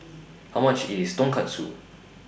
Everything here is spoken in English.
How much IS Tonkatsu